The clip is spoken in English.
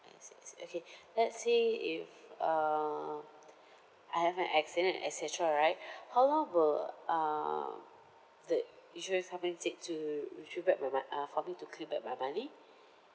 I see I see okay let's say if uh I have an accident and et cetera right how long will uh the insurance company take to retrieve back my mo~ uh for me to claim back my money